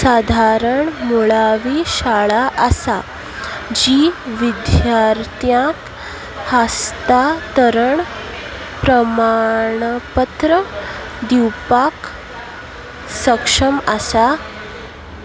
सादारण मुळावी शाळा आसा जी विद्यार्थ्यांक हस्तांतरण प्रमाणपत्र दिवपाक सक्षम आसा